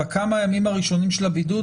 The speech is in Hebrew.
בכמה ימים הראשונים של הבידוד?